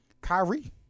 Kyrie